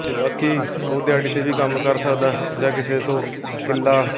ਅਤੇ ਬਾਕੀ ਉਹ ਦਿਹਾੜੀ 'ਤੇ ਵੀ ਕੰਮ ਕਰ ਸਕਦਾ ਜਾਂ ਕਿਸੇ ਤੋਂ ਕਿੱਲਾ